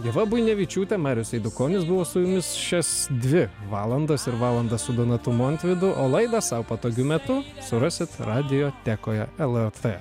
ieva buinevičiūtė marius eidukonis buvo su jumis šias dvi valandas ir valandą su donatu montvydu o laidą sau patogiu metu surasit radiotekoje lrt